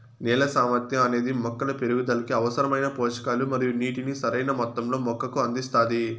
నేల సామర్థ్యం అనేది మొక్కల పెరుగుదలకు అవసరమైన పోషకాలు మరియు నీటిని సరైణ మొత్తంలో మొక్కకు అందిస్తాది